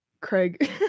Craig